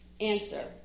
Answer